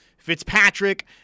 Fitzpatrick